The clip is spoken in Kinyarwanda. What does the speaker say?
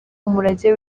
umurage